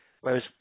whereas